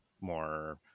more